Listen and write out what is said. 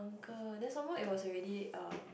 uncle then some more it was already uh